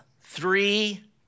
three